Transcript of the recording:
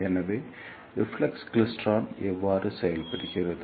எனவே reflex klystron எவ்வாறு செயல்படுகிறது